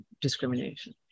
discrimination